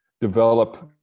develop